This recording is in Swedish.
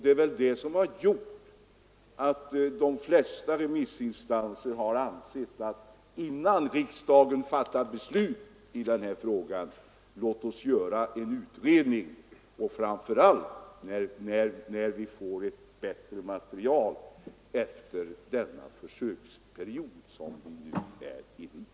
Det är därför de flesta remissinstanser ansett att det behövs en utredning och att vi framför allt bör avvakta ett utförligare material från affärstidsnämnden efter försöksperioden innan riksdagen fattar beslut i den här frågan.